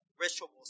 rituals